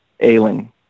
ailing